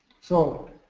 so